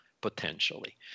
potentially